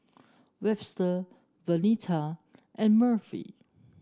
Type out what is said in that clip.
Webster Vernetta and Murphy